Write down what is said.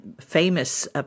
famous